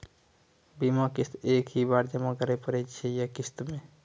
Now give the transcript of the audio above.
बीमा किस्त एक ही बार जमा करें पड़ै छै या किस्त मे?